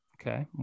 Okay